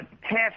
half